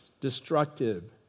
destructive